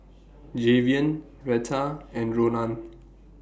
Jayvion Retta and Ronan